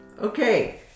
Okay